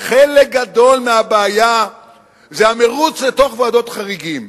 חלק גדול מהבעיה זה המירוץ לתוך ועדות חריגים.